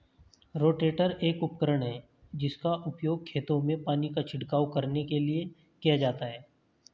rotator एक उपकरण है जिसका उपयोग खेतों में पानी का छिड़काव करने के लिए किया जाता है